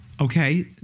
Okay